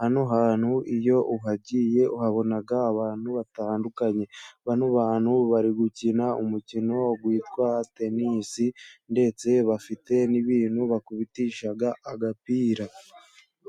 hano hantu iyo uhagiye uhabona abantu batandukanye, bano bantu bari gukina umukino witwa tenisi, ndetse bafite n'akantu bakubitisha agapira.